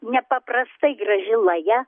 nepaprastai graži laja